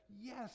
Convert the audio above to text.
Yes